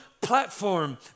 platform